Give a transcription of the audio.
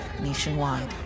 nationwide